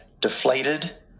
deflated